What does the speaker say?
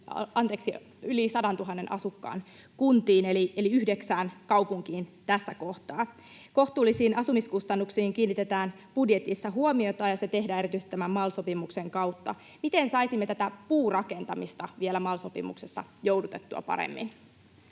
yli 100 000 asukkaan kuntiin eli yhdeksään kaupunkiin tässä kohtaa. Kohtuullisiin asumiskustannuksiin kiinnitetään budjetissa huomiota, ja se tehdään erityisesti tämän MAL-sopimuksen kautta. Miten saisimme puurakentamista MAL-sopimuksessa joudutettua vielä paremmin?